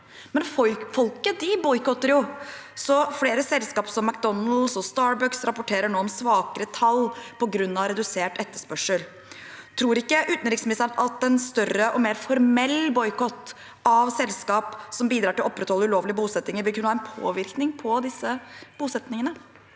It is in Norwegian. folket boikotter, så flere selskap, som McDonald’s og Starbucks, rapporterer nå om svakere tall på grunn av redusert etterspørsel. Tror ikke utenriksministeren at en større og mer formell boikott av selskap som bidrar til å opprettholde ulovlige bosetninger, vil kunne ha en påvirkning på disse bosetningene?